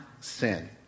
sin